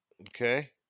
Okay